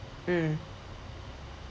mm